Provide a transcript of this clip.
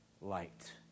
light